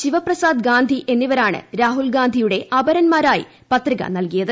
ശിവപ്രസാദ് ഗാന്ധി എന്നിവരാണ് രാഹുൽ ഗാന്ധിയുടെ അപരന്മാരായി പത്രിക നൽകിയത്